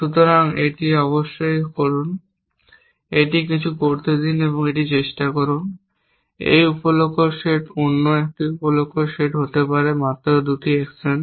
সুতরাং এটি অবশ্যই করুন এটি কিছু করতে দিন এটি চেষ্টা করুন এই উপ লক্ষ্য সেট অন্য একটি উপ লক্ষ্য সেট হতে পারে মাত্র 2 অ্যাকশন